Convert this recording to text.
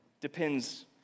depends